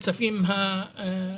הישובים.